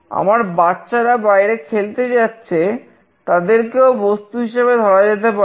আমার বাচ্চারা বাইরে খেলতে যাচ্ছে তাদেরকেও বস্তু হিসেবে ধরা যেতে পারে